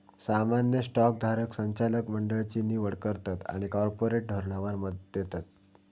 सामान्य स्टॉक धारक संचालक मंडळची निवड करतत आणि कॉर्पोरेट धोरणावर मत देतत